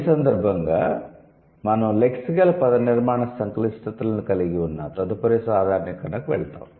ఈ సందర్భంగా మనం లెక్సికల్ పదనిర్మాణ సంక్లిష్టతలను కలిగి ఉన్న తదుపరి సాధారణీకరణకు వెళ్తాము